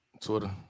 Twitter